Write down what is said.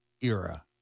era